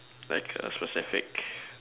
like a specific